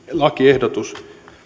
lakiehdotus